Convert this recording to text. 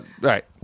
right